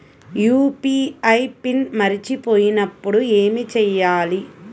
UPI pin మరచిపోయినప్పుడు ఏమి చేయాలి?